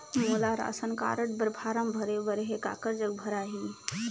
मोला ration card बर form भरे बर हे काकर जग भराही?